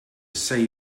save